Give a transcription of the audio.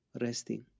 resting